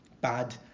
Bad